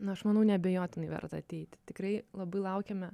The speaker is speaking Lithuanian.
na aš manau neabejotinai verta ateiti tikrai labai laukiame